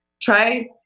try